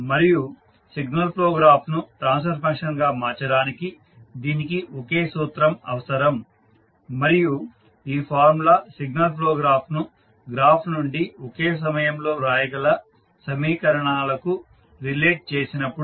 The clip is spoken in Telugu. మరియు సిగ్నల్ ఫ్లో గ్రాఫ్ను ట్రాన్స్ఫర్ ఫంక్షన్గా మార్చడానికి దీనికి ఒకే సూత్రం అవసరం మరియు ఈ ఫార్ములా సిగ్నల్ ఫ్లో గ్రాఫ్ను గ్రాఫ్ నుండి ఒకే సమయంలో వ్రాయగల సమీకరణాలకు రిలేట్ చేసినప్పుడు S